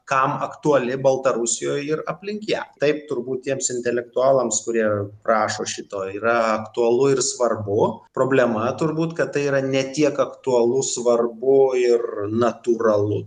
kam aktuali baltarusijoj ir aplink ją taip turbūt tiems intelektualams kurie prašo šito yra aktualu ir svarbu problema turbūt kad tai yra ne tiek aktualu svarbu ir natūralu